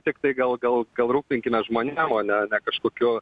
tiktai gal gal gal rūpinkimės žmonėm o ne ne kažkokiu